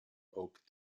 oak